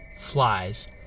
flies